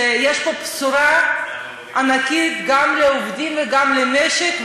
שיש בו בשורה אמיתית גם לעובדים וגם למשק,